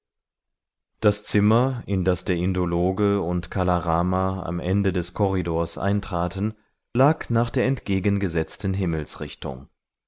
das zimmer in das der indologe und kala rama am ende des korridors eintraten lag nach der entgegengesetzten himmelsrichtung